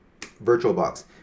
VirtualBox